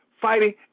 fighting